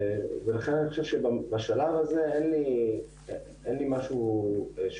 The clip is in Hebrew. לכן אני חושב שבשלב הזה אין לי משהו שהוא